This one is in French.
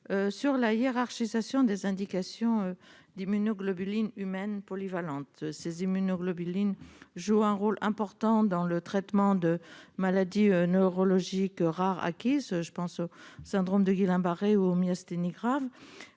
sur la hiérarchisation des indications d'immunoglobulines humaines polyvalentes, qui jouent un rôle important dans le traitement de maladies neurologiques rares acquises- je pense au syndrome de Guillain-Barré ou aux myasthénies graves.